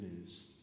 news